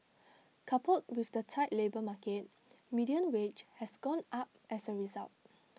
coupled with the tight labour market median wage has gone up as A result